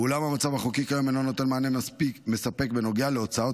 אולם המצב החוקי כיום אינו נותן מענה מספק בנוגע להוצאות